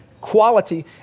quality